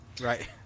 Right